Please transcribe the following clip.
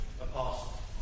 apostle